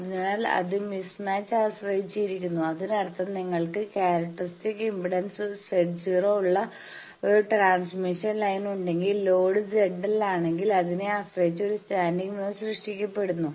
അതിനാൽ അത് മിസ്മാച്ച്നെ ആശ്രയിച്ചിരിക്കുന്നു അതിനർത്ഥം നിങ്ങൾക്ക് ക്യാരക്ടർസ്റ്റിക്സ് ഇംപെഡൻസ് Z0 ഉള്ള ഒരു ട്രാൻസ്മിഷൻ ലൈൻ ഉണ്ടെങ്കിൽ ലോഡ് ZL ആണെങ്കിൽ അതിനെ ആശ്രയിച്ച് ഒരു സ്റ്റാൻഡിംഗ് വേവ് സൃഷ്ടിക്കപ്പെടുന്നു